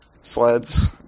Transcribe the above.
sleds